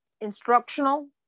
instructional